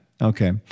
Okay